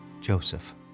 Joseph